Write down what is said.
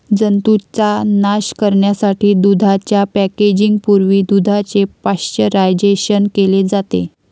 जंतूंचा नाश करण्यासाठी दुधाच्या पॅकेजिंग पूर्वी दुधाचे पाश्चरायझेशन केले जाते